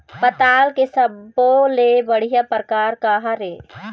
पताल के सब्बो ले बढ़िया परकार काहर ए?